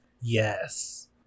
yes